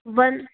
one